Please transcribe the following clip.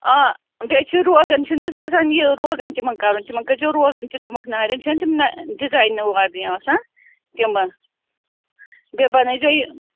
آ بیٚیہِ چھِ روگَن چھُ نہٕ حظ آسان یہِ روگَن تِمَن کَرُن تِمَن کٔرۍزیٚو روگَن تہِ تُمبَکھ نارٮ۪ن چھِنا تِم نہ ڈِزاین واجیٚنہِ آسان تِمَن بیٚیہِ بَنٲوِزیٚو یہِ